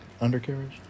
undercarriage